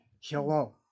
Hello